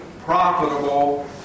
profitable